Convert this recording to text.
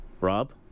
rob